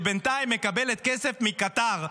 שבינתיים מקבלת כסף מקטאר,